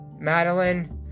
Madeline